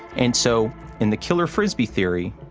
and so in the killer frisbee theory,